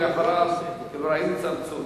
ואחריו חבר הכנסת אברהים צרצור.